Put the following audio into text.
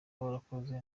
warakoze